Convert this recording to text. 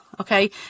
Okay